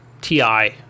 ti